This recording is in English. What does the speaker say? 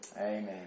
Amen